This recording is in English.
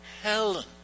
Helen